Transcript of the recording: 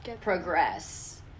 progress